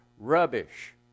rubbish